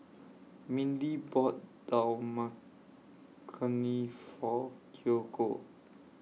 Mindy bought Dal Makhani For Kiyoko